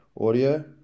audio